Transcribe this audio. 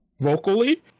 vocally